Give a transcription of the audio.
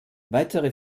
weitere